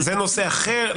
זה נושא אחר.